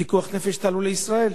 פיקוח נפש, תעלו לישראל?